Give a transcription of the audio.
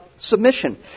Submission